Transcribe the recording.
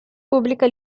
pubblica